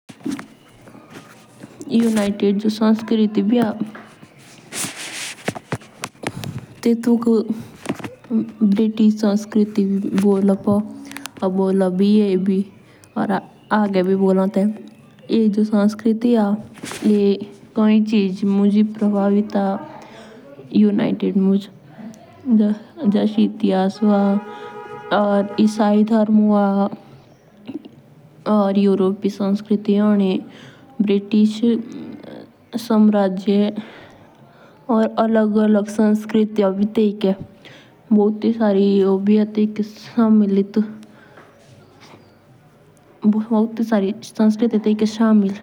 यूनाइटेड जो संस्कृति भी हो, टेटुक बिरिटिस संस्कृति भी बोलों पो या उम्र भी बोलोंटे। ये जो संस्कृति हो ये कहि चिजो मुंज परभावित होन एकजुट मुंज। जस इतिहास होन इसाई धर्म होन योरपिये संस्कृति होन बिरिटिस साम्राज्य होनो। या अलग अलग संस्कृतिया भी तैइके.